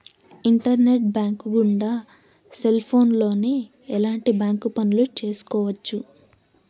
internet bank గుండా cell ఫోన్లోనే ఎలాంటి బ్యాంక్ పనులు చేసుకోవచ్చు